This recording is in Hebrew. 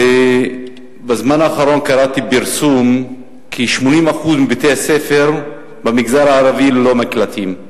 ובזמן האחרון קראתי פרסום ש-80% מבתי-הספר במגזר הערבי הם ללא מקלטים.